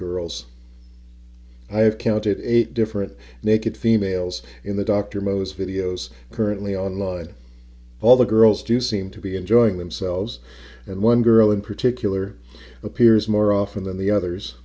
girls i have counted eight different naked females in the dr most videos currently on line all the girls do seem to be enjoying themselves and one girl in particular appears more often than the others